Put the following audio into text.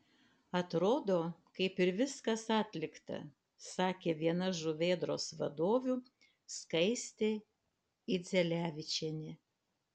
atrodo kaip ir viskas atlikta sakė viena žuvėdros vadovių skaistė idzelevičienė